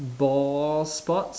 ball sports